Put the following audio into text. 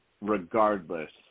regardless